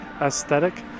aesthetic